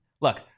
Look